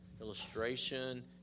illustration